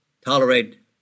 tolerate